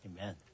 Amen